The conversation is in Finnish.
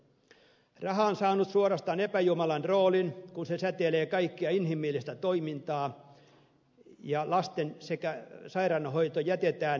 raha on saanut suorastaan epäjumalan roolin kun se säätelee kaikkea inhimillistä toimintaa ja lasten sekä sairaiden hoito jätetään markkinavoimien armoille